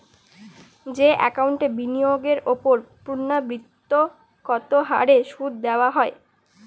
যে একাউন্টে বিনিয়োগের ওপর পূর্ণ্যাবৃত্তৎকত হারে সুদ দেওয়া হয়